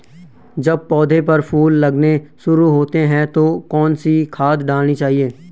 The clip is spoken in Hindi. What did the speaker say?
जब पौधें पर फूल लगने शुरू होते हैं तो कौन सी खाद डालनी चाहिए?